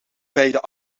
beide